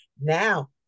now